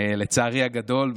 לצערי הגדול,